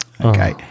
okay